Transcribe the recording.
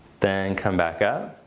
then come back up.